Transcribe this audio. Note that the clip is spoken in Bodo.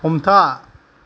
हमथा